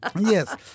Yes